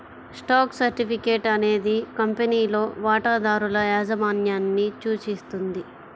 stock certificate అనేది కంపెనీలో వాటాదారుల యాజమాన్యాన్ని సూచిస్తుంది